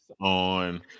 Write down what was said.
on